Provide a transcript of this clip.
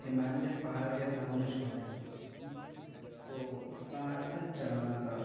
ہمالیہ پہاڑ کے سامنے چھوٹے تو اس پہاڑ پہ چڑھنا تھا